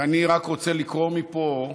ואני רק רוצה לקרוא מפה,